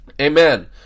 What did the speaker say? Amen